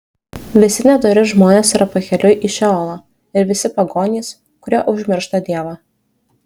visi nedori žmonės yra pakeliui į šeolą ir visi pagonys kurie užmiršta dievą